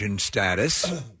status